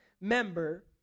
member